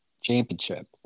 championship